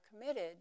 committed